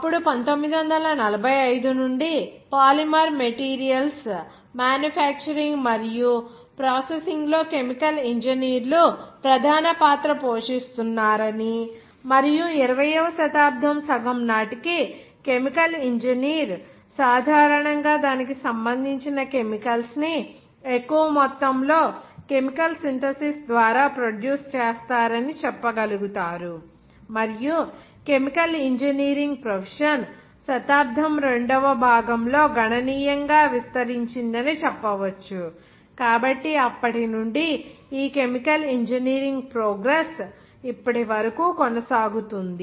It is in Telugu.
అప్పుడు 1945 నుండి పాలిమర్ మెటీరియల్స్ మ్యానుఫ్యాక్చరింగ్ మరియు ప్రాసెసింగ్లో కెమికల్ ఇంజనీర్లు ప్రధాన పాత్ర పోషిస్తున్నారని మరియు 20వ శతాబ్దం సగం నాటికి కెమికల్ ఇంజనీర్ సాధారణంగా దీనికి సంబంధించిన కెమికల్స్ ని ఎక్కువ మొత్తంలో కెమికల్ సింథసిస్ ద్వారా ప్రొడ్యూస్ చేస్తారని చెప్పగలుగుతారు మరియు కెమికల్ ఇంజనీరింగ్ ప్రొఫెషన్ శతాబ్దం రెండవ భాగంలో గణనీయంగా విస్తరించిందని చెప్పవచ్చు కాబట్టి అప్పటి నుండి ఈ కెమికల్ ఇంజనీరింగ్ ప్రోగ్రెస్ ఇప్పటి వరకు కొనసాగుతుంది